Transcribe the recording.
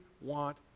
want